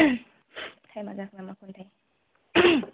टाइमआ जाखोना माखोमोनथाय